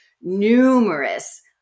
numerous